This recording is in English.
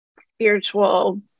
spiritual